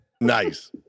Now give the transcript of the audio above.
Nice